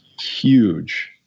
huge